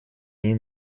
ней